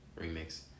remix